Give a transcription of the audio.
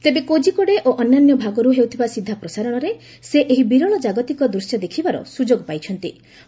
ତେବେ କୋଜିକୋଡେ ଓ ଅନ୍ୟାନ୍ୟ ଭାଗରୁ ହେଉଥିବା ସିଧାପ୍ରସାରଣରେ ସେ ଏହି ବିରଳ ଜାଗତିକ ଦୃଶ୍ୟ ଦେଖିବାର ସୁଯୋଗ ପାଇଛିନ୍ତି